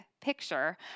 picture